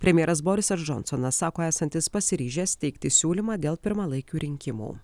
premjeras borisas džonsonas sako esantis pasiryžęs teikti siūlymą dėl pirmalaikių rinkimų